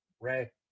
Ray